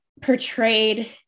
portrayed